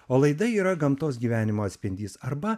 o laida yra gamtos gyvenimo atspindys arba